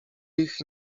ich